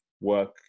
work